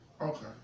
Okay